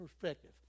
perspective